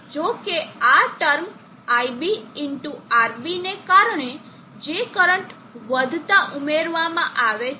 જો કે આ ટર્મ iB ˟ RB ને કારણે જે કરંટ વધતા ઉમેરવામાં આવે છે